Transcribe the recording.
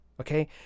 okay